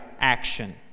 action